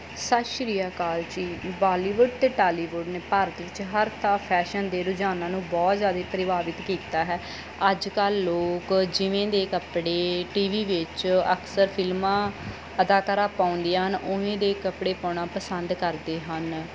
ਸਤਿ ਸ਼੍ਰੀ ਅਕਾਲ ਜੀ ਬਾਲੀਵੁੱਡ ਅਤੇ ਟਾਲੀਵੁੱਡ ਨੇ ਭਾਰਤ ਵਿੱਚ ਹਰ ਥਾਂ ਫੈਸ਼ਨ ਦੇ ਰੁਝਾਨਾਂ ਨੂੰ ਬਹੁਤ ਜ਼ਿਆਦਾ ਪ੍ਰਭਾਵਿਤ ਕੀਤਾ ਹੈ ਅੱਜ ਕੱਲ੍ਹ ਲੋਕ ਜਿਵੇਂ ਦੇ ਕੱਪੜੇ ਟੀਵੀ ਵਿੱਚ ਅਕਸਰ ਫਿਲਮਾਂ ਅਦਾਕਾਰਾ ਪਾਉਂਦੀਆਂ ਹਨ ਉਵੇਂ ਦੇ ਕੱਪੜੇ ਪਾਉਣਾ ਪਸੰਦ ਕਰਦੇ ਹਨ